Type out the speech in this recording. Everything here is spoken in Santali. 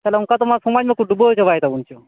ᱥᱟᱞᱟ ᱚᱱᱠᱟ ᱛᱮᱢᱟ ᱥᱚᱢᱟᱡᱽ ᱢᱟᱠᱚ ᱰᱩᱵᱟ ᱣ ᱪᱟᱵᱟᱭᱮ ᱛᱟᱵᱚᱱ ᱪᱚ